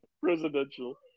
presidential